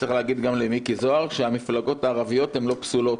צריך להגיד גם למיקי זוהר שהמפלגות הערביות לא פסולות,